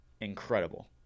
incredible